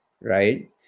right